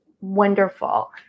wonderful